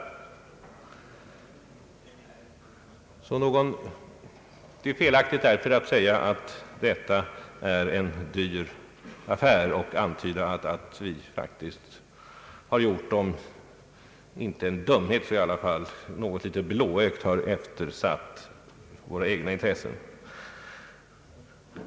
Det är därför felaktigt att säga att detta är en dyr affär, att om vi inte gjort en dumhet så i varje fall något blåögt eftersatt våra egna intressen.